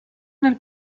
nel